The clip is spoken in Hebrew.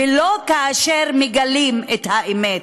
ולא כאשר מגלים את האמת.